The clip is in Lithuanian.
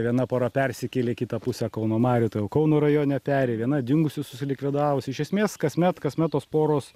viena pora persikėlė į kitą pusę kauno marių todėl kauno rajone peri viena dingusi susilikvidavusi iš esmės kasmet kasmet tos poros